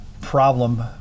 problem